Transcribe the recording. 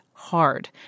hard